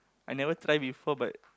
I never try before but